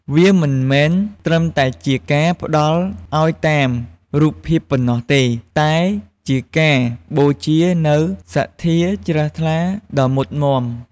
វាមិនមែនត្រឹមតែជាការផ្ដល់ឱ្យតាមរូបភាពប៉ុណ្ណោះទេ តែជាការបូជានូវសទ្ធាជ្រះថ្លាដ៏មុតមាំ។